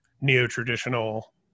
neo-traditional